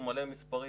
הוא מלא מספרים,